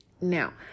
now